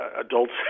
adults